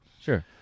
Sure